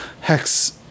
hex